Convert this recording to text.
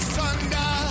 Thunder